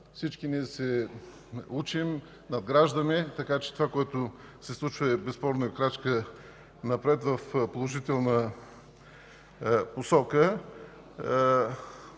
Всички се учим, надграждаме, така че това, което се случва, е безспорна крачка напред в положителна посока.